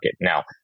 Now